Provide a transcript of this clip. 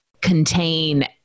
contain